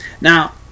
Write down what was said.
Now